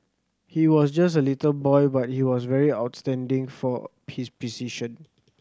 he was just a little boy but he was very outstanding for his precision